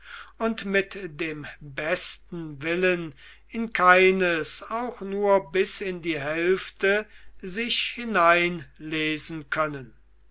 und mit dem besten willen in keines auch nur bis in die hälfte sich hineinlesen können